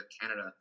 Canada